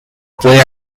puede